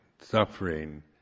suffering